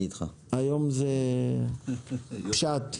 היום זה פשט.